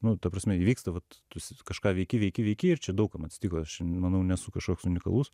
nu ta prasme įvyksta vat tu kažką veiki veiki veiki ir čia daug kam atsitiko aš manau nesu kažkoks unikalus